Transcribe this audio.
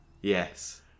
Yes